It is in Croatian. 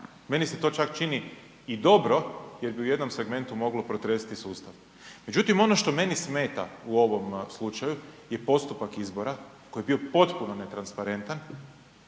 meni se to čak čini i dobro jer bi u jednom segmentu moglo protresti i sustav. Međutim, ono što meni smeta u ovom slučaju je postupak izbora koji je bio potpuno netransparentan,